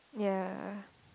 ya